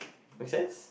makes sense